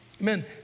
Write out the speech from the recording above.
Amen